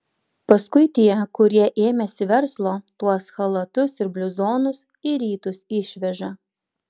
paskui tie kurie ėmėsi verslo tuos chalatus ir bliuzonus į rytus išveža